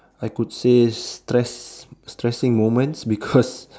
I could say stress stressing moments because